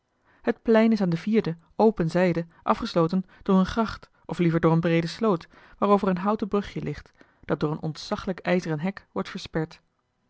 het plein is aan de vierde open zijde afgesloten door eene gracht of liever door eene breede sloot waarover een houten brugje ligt dat door een ontzaglijk ijzeren hek wordt